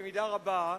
במידה רבה,